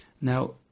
Now